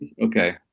Okay